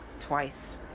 twice